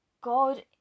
God